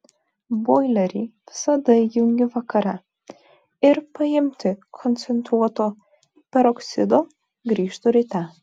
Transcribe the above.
boilerį visada įjungiu vakare ir paimti koncentruoto peroksido grįžtu ryte